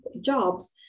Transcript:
jobs